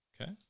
Okay